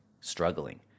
struggling –